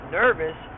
nervous